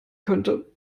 könnte